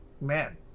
man